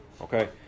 Okay